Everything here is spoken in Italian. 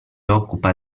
occupa